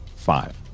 Five